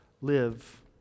Live